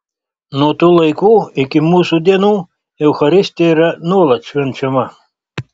nuo tų laikų iki mūsų dienų eucharistija yra nuolat švenčiama